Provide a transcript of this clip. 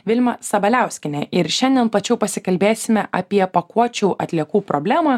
vilma sabaliauskienė ir šiandien plačiau pasikalbėsime apie pakuočių atliekų problemą